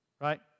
right